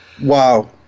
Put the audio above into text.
Wow